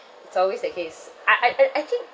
it's always the case I I I actually